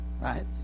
right